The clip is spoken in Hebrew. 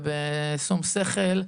בשום שכל.